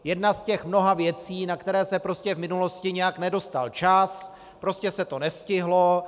Jedna z mnoha věcí, na které se prostě v minulosti nějak nedostal čas, prostě se to nestihlo.